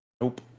Nope